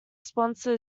sponsor